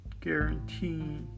guarantee